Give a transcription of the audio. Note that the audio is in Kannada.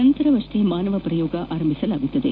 ನಂತರವಷ್ಟೇ ಮಾನವ ಪ್ರಯೋಗ ಆರಂಭಿಸಲಾಗುವುದು